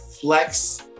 Flex